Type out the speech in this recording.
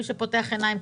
מי שפותח עיניים,